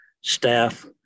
staff